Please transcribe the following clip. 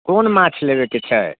कोन माछ लेबैके छै